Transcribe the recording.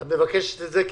את מבקשת את זה כהסתייגות?